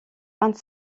vingt